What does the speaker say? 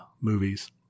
movies